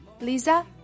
Lisa